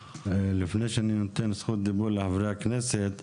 לפני שאני נותן את זכות הדיבור לחברי הכנסת,